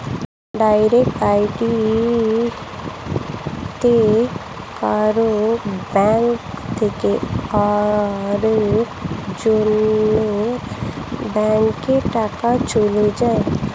direct ক্রেডিটে কারুর bank থেকে আরেক জনের ব্যাংকে টাকা চলে যায়